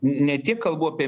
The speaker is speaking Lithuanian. ne tik kalbu apie